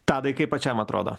tadai kaip pačiam atrodo